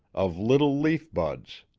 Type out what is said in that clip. of little leaf-buds.